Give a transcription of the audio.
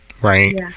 right